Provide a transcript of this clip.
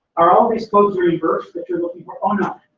are all these codes reimbursed that you're looking for oh, no,